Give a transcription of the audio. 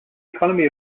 economy